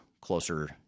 closer